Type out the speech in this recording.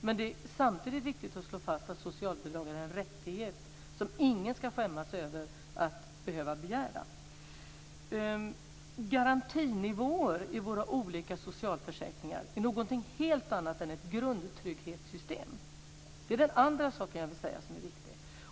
Men det är samtidigt viktigt att slå fast att socialbidragen är en rättighet som ingen ska skämmas över att behöva begära. Garantinivåer i våra olika socialförsäkringar är något helt annat än ett grundtrygghetssystem. Det är den andra saken jag vill säga som är viktig.